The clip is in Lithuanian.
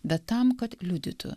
bet tam kad liudytų